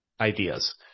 ideas